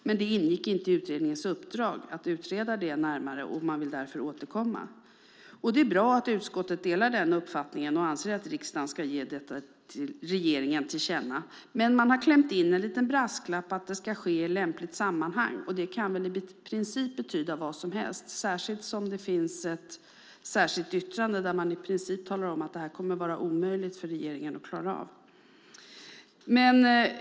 Men det ingick inte i utredningens uppdrag att närmare utreda det. Man vill därför återkomma. Det är bra att utskottet delar den uppfattningen och anser att riksdagen ska ge regeringen detta till känna. Dock har man klämt in en liten brasklapp om att det ska ske "i lämpligt sammanhang". Det kan väl betyda vad som helst, speciellt som det finns ett särskilt yttrande där man i princip talar om att det kommer att vara omöjligt för regeringen att klara av detta.